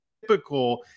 typical